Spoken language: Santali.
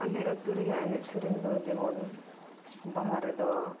ᱟᱞᱮ ᱟᱛᱩ ᱨᱮᱱᱟᱜ ᱮᱱᱮᱡ ᱥᱮᱨᱮᱧ ᱫᱚ ᱡᱮᱢᱚᱱ ᱵᱟᱦᱟ ᱨᱮᱫᱚ